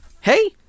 hey